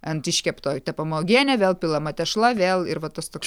ant iškepto tepama uogienė vėl pilama tešla vėl ir va tas toks